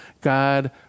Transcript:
God